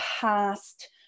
past